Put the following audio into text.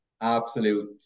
Absolute